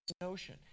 notion